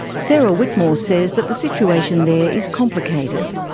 sarah whitmore says that the situation there is complicated.